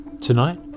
Tonight